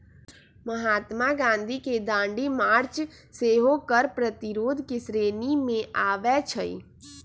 महात्मा गांधी के दांडी मार्च सेहो कर प्रतिरोध के श्रेणी में आबै छइ